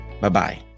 Bye-bye